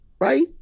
right